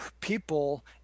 people